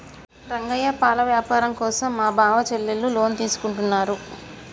రంగయ్య పాల వ్యాపారం కోసం మా బావ చెల్లెలు లోన్ తీసుకుంటున్నారు